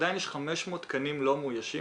עדיין יש 500 תקנים לא מאוישים.